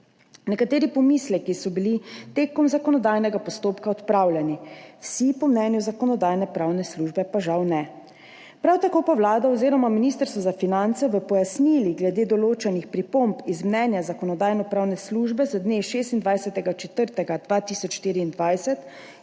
Nekateri pomisleki so bili v zakonodajnem postopku odpravljeni, po mnenju Zakonodajno-pravne službe pa žal ne vsi. Prav tako pa Vlada oziroma Ministrstvo za finance v pojasnilih glede določenih pripomb iz mnenja Zakonodajno-pravne službe z dne 26. 4. 2024